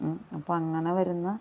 അപ്പം അങ്ങനെ വരുന്ന